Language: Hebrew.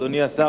אדוני השר,